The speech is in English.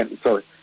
sorry